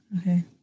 Okay